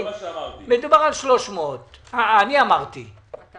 מדובר על 300. אמרת שזה מתחיל ב-2014,